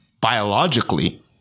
biologically